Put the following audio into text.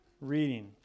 reading